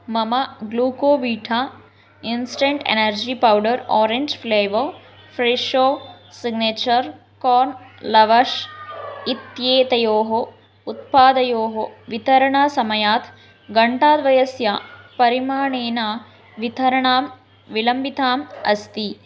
मम Glucovita instant energy powder orange flavour Fresho signature corn lavash इत्येतयोः उत्पादयोः वितरणसमयात् घण्टाद्वयस्य परिमाणेन वितरणं विलम्बितम् अस्ति